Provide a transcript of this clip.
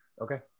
Okay